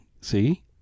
see